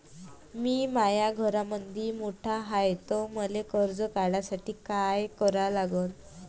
मी माया घरामंदी मोठा हाय त मले कर्ज काढासाठी काय करा लागन?